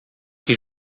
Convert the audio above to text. que